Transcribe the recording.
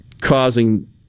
causing